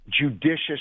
judicious